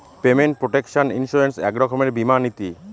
payment protection insurance এক রকমের বীমা নীতি